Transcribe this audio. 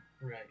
Right